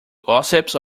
gossips